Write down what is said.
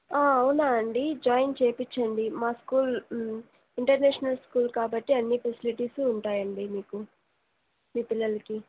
అవునా అండి జాయిన్ చెయ్యించండి మా స్కూల్ ఇంటర్నేషనల్ స్కూల్ కాబట్టి అన్నీ ఫెసిలిటీసు ఉంటాయండి మీకు మీ పిల్లలకి